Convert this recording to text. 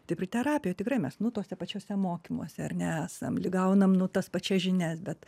taip ir terapijoj tikrai mes nu tuose pačiuose mokymuose ar ne esam lyg gaunam tas pačias žinias bet